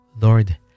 Lord